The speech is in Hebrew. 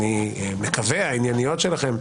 אני מקווה הענייניות שלכם,